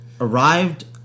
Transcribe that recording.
arrived